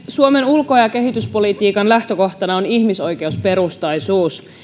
suomen ulko ja kehityspolitiikan lähtökohtana on ihmisoikeusperustaisuus